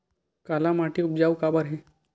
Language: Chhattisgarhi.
काला माटी उपजाऊ काबर हे?